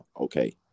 okay